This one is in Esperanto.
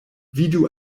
vidu